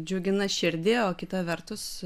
džiugina širdį o kita vertus